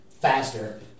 faster